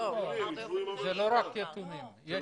הם